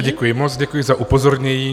Děkuji moc, děkuji za upozornění.